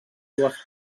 dues